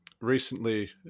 Recently